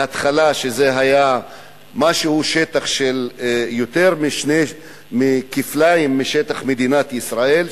בהתחלה זה היה שטח של יותר מכפליים משטח מדינת ישראל,